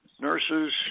nurses